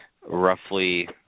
roughly